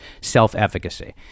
self-efficacy